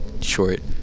short